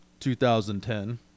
2010